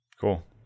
Cool